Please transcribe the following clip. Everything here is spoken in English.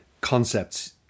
concepts